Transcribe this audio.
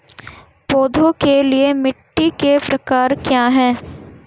पौधों के लिए मिट्टी के प्रकार क्या हैं?